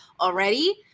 already